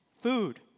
food